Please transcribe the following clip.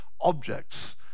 objects